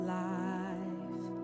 life